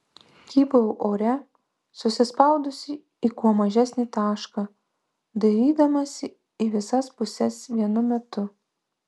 kybau ore susispaudusi į kuo mažesnį tašką dairydamasi į visas puses vienu metu